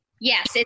Yes